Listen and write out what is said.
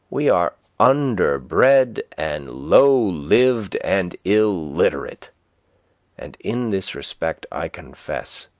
we are underbred and low-lived and illiterate and in this respect i confess